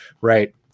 right